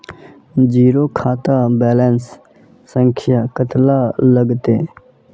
Zero खाता balance संख्या कतला लगते?